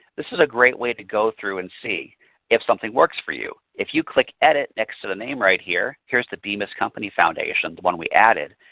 this is a great way to go through and see if something works for you. if you click edit next to the name right here, here's the bemis company foundation the one we added,